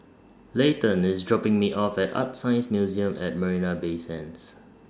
Leighton IS dropping Me off At ArtScience Museum At Marina Bay Sands